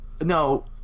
No